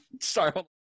Sorry